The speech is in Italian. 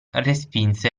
respinse